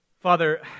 Father